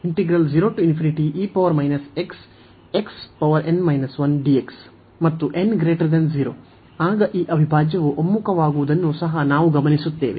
ಮತ್ತು n 0 ಆಗ ಈ ಅವಿಭಾಜ್ಯವು ಒಮ್ಮುಖವಾಗುವುದನ್ನು ಸಹ ನಾವು ಗಮನಿಸುತ್ತೇವೆ